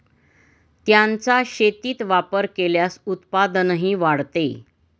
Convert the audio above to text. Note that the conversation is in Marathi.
त्यांचा शेतीत वापर केल्यास उत्पादनही वाढते